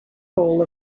goal